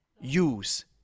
use